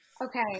Okay